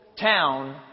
town